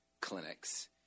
clinics